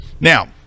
now